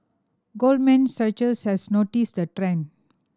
Goldman Sachs has noticed the trend